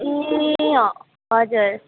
ए हो हजुर